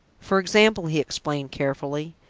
for example, he explained carefully,